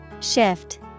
Shift